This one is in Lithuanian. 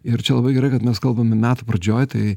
ir čia labai gerai kad mes kalbame metų pradžioj tai